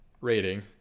rating